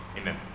Amen